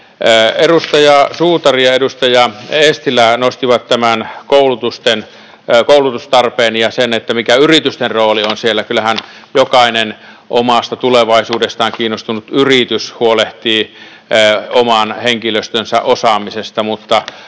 Edustaja Suutari ja edustaja Eestilä nostivat tämän koulutustarpeen ja sen, mikä yritysten rooli on siellä. Kyllähän jokainen omasta tulevaisuudestaan kiinnostunut yritys huolehtii oman henkilöstönsä osaamisesta,